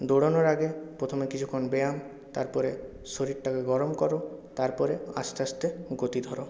দৌড়ানোর আগে প্রথমে কিছুক্ষণ ব্যায়াম তারপরে শরীরটাকে গরম করো তারপরে আস্তে আস্তে গতি ধরো